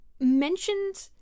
mentioned